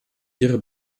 ihre